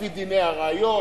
לפי דיני הראיות,